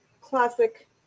classic